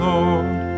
Lord